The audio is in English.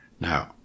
Now